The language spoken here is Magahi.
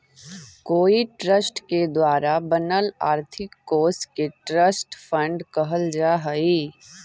कोई ट्रस्ट के द्वारा बनल आर्थिक कोश के ट्रस्ट फंड कहल जा हई